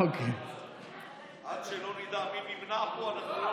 ההסתייגות (6) של חבר הכנסת שלמה קרעי לפני סעיף 1 לא נתקבלה.